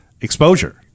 exposure